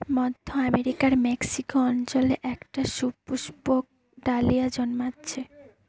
মধ্য আমেরিকার মেক্সিকো অঞ্চলে একটা সুপুষ্পক ডালিয়া জন্মাচ্ছে